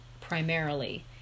primarily